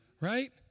right